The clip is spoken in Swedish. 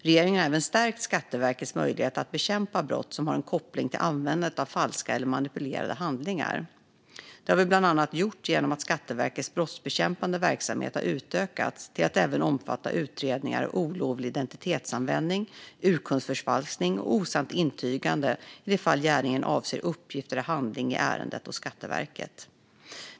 Regeringen har även stärkt Skatteverkets möjligheter att bekämpa brott som har en koppling till användandet av falska eller manipulerade handlingar. Detta har vi bland annat gjort genom att Skatteverkets brottsbekämpande verksamhet har utökats till att även omfatta utredningar av olovlig identitetsanvändning, urkundsförfalskning och osant intygande i de fall gärningen avser uppgift eller handling i ärende hos Skatteverket.